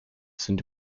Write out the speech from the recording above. sind